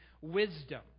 wisdom